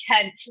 Kent